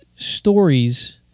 stories